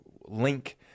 link